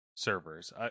servers